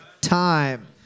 time